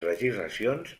legislacions